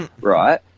Right